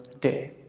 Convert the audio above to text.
day